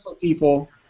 people